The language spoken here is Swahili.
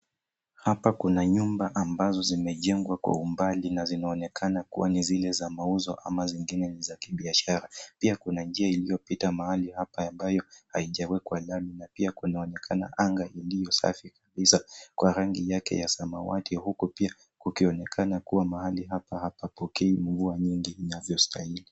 Hapa kuna nyumba ambazo zimejengwa kwa umbali na zinaonekana kuwa ni zile za mauzo ama zingine ni za kibiashara. Pia kuna njia iliyopita mahali hapa ambayo haijawekwa lami na pia kunaonekana anga iliyo safi kwa rangi yake ya samawati huku pia kukionekana kuwa mahali hapa hapa kodi huwa nyingi inavyostahili.